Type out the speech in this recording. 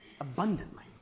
abundantly